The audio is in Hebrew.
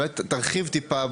תרחיב טיפה,